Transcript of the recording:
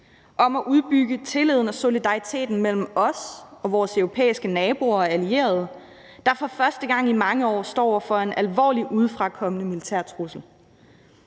om at udbygge tilliden og solidariteten mellem os og vores europæiske naboer og allierede, der for første gang i mange år står over for en alvorlig udefrakommende militær trussel.